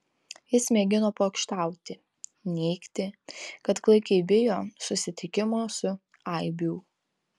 jis mėgino pokštauti neigti kad klaikiai bijo susitikimo su aibių